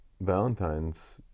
valentine's